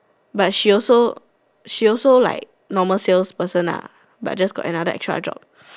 but she also she also like normal sales person lah but just got another extra job